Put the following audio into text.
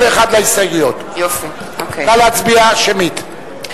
31 בהסתייגויות, נא להצביע שמית.